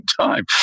time